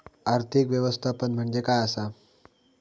आर्थिक व्यवस्थापन म्हणजे काय असा?